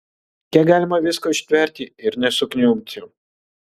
kiek galima visko ištverti ir nesukniubti